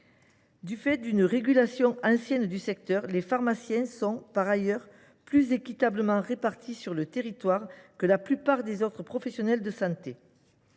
Du fait d’une régulation ancienne du secteur, les pharmaciens sont plus équitablement répartis sur le territoire que la plupart des autres professionnels de santé.